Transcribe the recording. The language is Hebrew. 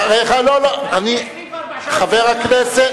חבר הכנסת,